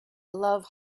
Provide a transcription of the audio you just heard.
love